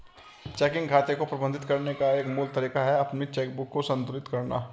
checking खाते को प्रबंधित करने का एक मूल तरीका है अपनी चेकबुक को संतुलित करना